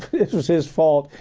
this was his fault.